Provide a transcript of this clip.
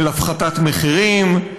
של הפחתת מחירים,